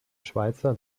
schweizer